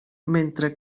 mentre